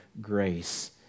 grace